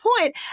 point